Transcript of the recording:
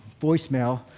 voicemail